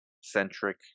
centric